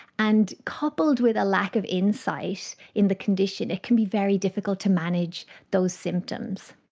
and coupled with a lack of insight in the condition it can be very difficult to manage those symptoms.